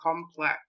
complex